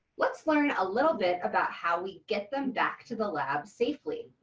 let's learn a little bit about how we get them back to the lab safely.